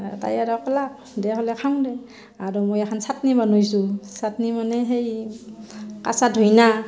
তাই আৰু ক'লাক দে হ'লে খাওঁ দে আৰু মই এখন চাটনি বনইছোঁ চাটনি মানে সেই কাঁচা ধইনা